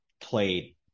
played